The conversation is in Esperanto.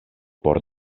por